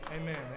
Amen